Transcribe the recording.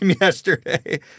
yesterday